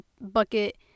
bucket